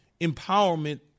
empowerment